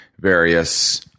various